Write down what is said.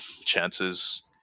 chances